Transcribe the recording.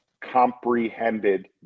comprehended